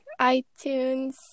itunes